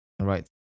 right